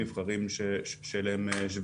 שזה לונדון וסיליקון וואלי,